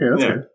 Okay